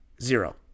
Zero